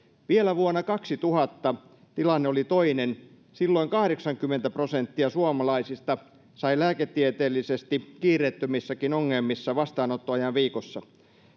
vielä vuonna kaksituhatta tilanne oli toinen silloin kahdeksankymmentä prosenttia suomalaisista sai lääketieteellisesti kiireettömissäkin ongelmissa vastaanottoajan viikossa